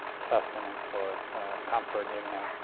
sustenance or comfort in the